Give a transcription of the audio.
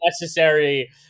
necessary